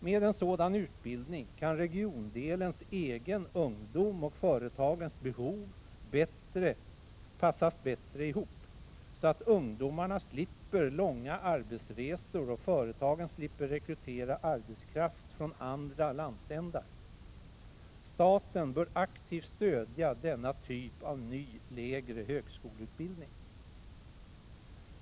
Med en sådan utbildning kan regiondelens egen ungdom och företagens behov passas bättre ihop, så att ungdomarna slipper långa arbetsresor och företagen slipper rekrytera arbetskraft från andra landsändar. Staten bör aktivt stödja denna typ av ny, lägre högskoleutbildning.